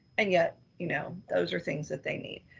and yet you know those are things that they need.